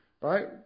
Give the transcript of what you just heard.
Right